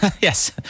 Yes